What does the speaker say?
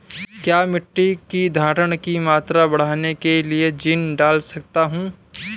क्या मिट्टी की धरण की मात्रा बढ़ाने के लिए जिंक डाल सकता हूँ?